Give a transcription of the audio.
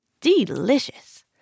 Delicious